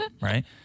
right